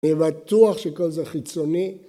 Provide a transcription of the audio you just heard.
‫אני בטוח שכל זה חיצוני.